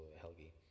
helgi